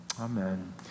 Amen